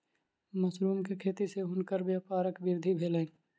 mushroom के खेती सॅ हुनकर व्यापारक वृद्धि भेलैन